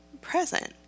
present